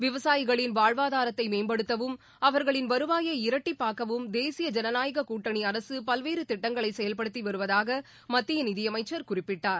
விவசாயிகளின் வாழ்வாதாரத்தை மேம்படுத்தவும் அவர்களின் வருவாயை இரட்டிப்பாக்கவும் தேசிய ஜனநாயகக் கூட்டணி அரசு பல்வேறு திட்டங்களை செயல்படுத்தி வருவதாக மத்திய நிதியமைச்சர் குறிப்பிட்டார்